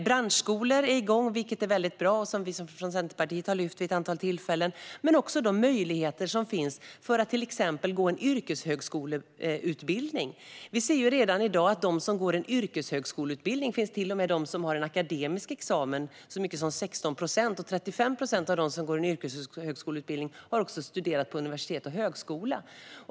Branschskolor är igång, vilket är bra. Detta har vi i Centerpartiet lyft fram vid ett antal tillfällen. Men det är också viktigt med möjligheter att gå en yrkeshögskoleutbildning. Redan i dag ser vi att det bland dem som går en yrkeshögskoleutbildning till och med finns de som har en akademisk examen. Det är så mycket som 16 procent. 35 procent av dem som går en yrkeshögskoleutbildning har också studerat på universitet och högskola.